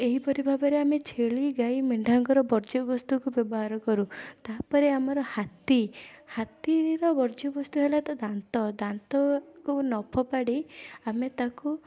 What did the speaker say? ଏହିପରି ଭାବରେ ଆମେ ଛେଳି ଗାଈ ମେଣ୍ଢାଙ୍କର ବର୍ଜ୍ୟବସ୍ତୁକୁ ବ୍ୟବହାର କରୁ ତା'ପରେ ଆମର ହାତୀ ହାତୀର ବର୍ଜ୍ୟବସ୍ତୁ ହେଲା ତା' ଦାନ୍ତ ଦାନ୍ତକୁ ନ ଫୋପାଡ଼ି ଆମେ ତାକୁ